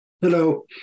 Hello